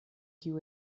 kiu